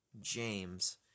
James